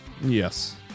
Yes